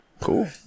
Cool